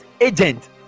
agent